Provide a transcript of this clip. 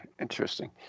interesting